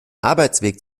arbeitsweg